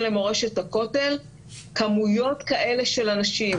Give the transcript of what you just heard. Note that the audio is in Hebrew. למורשת הכותל כמויות כאלה של אנשים.